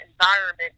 environment